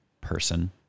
person